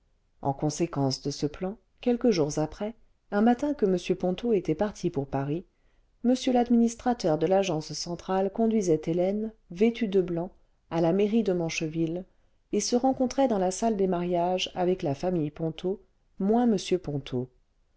en conséquence de ce plan quelques jours après un matin que m ponto était parti pour paris m l'administrateur de l'agence centrale conduisait hélène vêtue de blanc à la mairie de mancheville et se rencontrait dans la salle des mariages avec la famille ponto moins m ponto